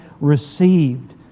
received